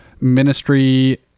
ministry